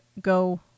go